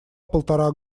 полтора